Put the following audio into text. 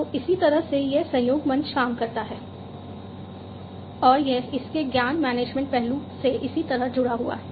तो इसी तरह से यह सहयोग मंच काम करता है और यह इसके ज्ञान मैनेजमेंट पहलू से इसी तरह जुड़ा हुआ है